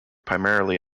primarily